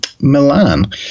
milan